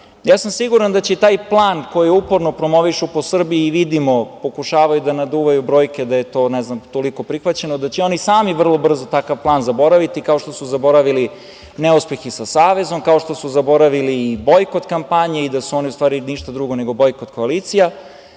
radili. Siguran sam da će i taj plan koji uporno promovišu po Srbiji i vidimo pokušavaju da naduvaju brojke da je to, ne znam, toliko prihvaćeno, da će oni sami vrlo brzo takav plan zaboraviti, kao što su zaboravili neuspeh i sa savezom, kao što su zaboravili i bojkot kampanje i da su oni u stvari ništa drugo nego bojkot koalicija.